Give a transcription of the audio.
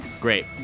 Great